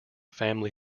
family